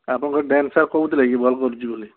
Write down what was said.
ଆପଣଙ୍କ ଡ୍ୟାନ୍ସର୍ କହୁଥିଲେ କି ଭଲ କରୁଛି ବୋଲି